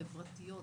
חברתיות,